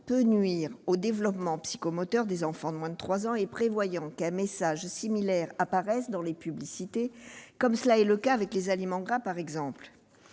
peut nuire au développement psychomoteur des enfants de moins de trois ans et prévoyant qu'un message similaire apparaisse dans les publicités, comme cela est le cas pour ce qui concerne les aliments gras, par exemple.